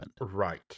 Right